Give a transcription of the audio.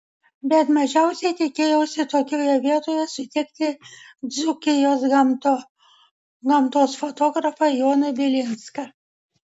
bet mažiausiai tikėjausi tokioje vietoje sutikti dzūkijos gamtos fotografą joną bilinską